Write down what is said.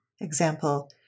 Example